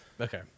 Okay